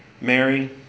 Mary